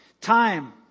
Time